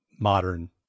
modern